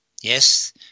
Yes